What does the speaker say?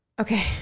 Okay